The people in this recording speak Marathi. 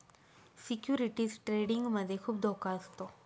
सिक्युरिटीज ट्रेडिंग मध्ये खुप धोका असतो